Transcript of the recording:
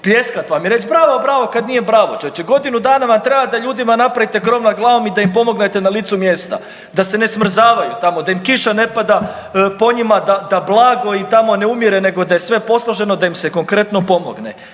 pljeskati vam i reći bravo, bravo kada nije bravo. Čovječe, godinu dana vam treba da ljudima napravite krov nad glavom i da im pomognete na licu mjesta da se ne smrzavaju tamo, da im kiša ne pada po njima, da blago im tamo ne umire, nego da je sve posloženo, da im se konkretno pomogne.